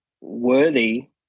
worthy